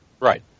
Right